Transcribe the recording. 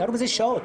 דנו בזה שעות.